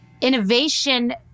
innovation